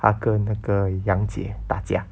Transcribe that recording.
他跟那个杨戬打架